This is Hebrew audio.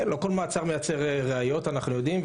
לא כל מעצר מייצר ראיות, אנחנו יודעים.